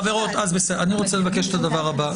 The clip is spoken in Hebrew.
חברות, אני רוצה לבקש את הדבר הזה.